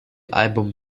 album